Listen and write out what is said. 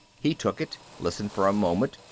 he took it, listened for a moment,